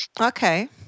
Okay